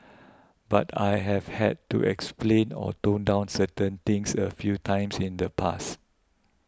but I have had to explain or tone down certain things a few times in the past